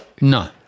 No